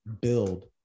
build